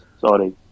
sorry